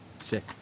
Sick